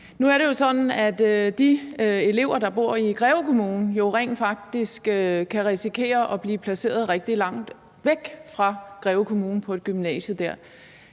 Nu er det jo sådan, at de elever, der bor i Greve Kommune, rent faktisk kan risikere at blive placeret på et gymnasie rigtig langt væk fra Greve Kommune. Så jeg kunne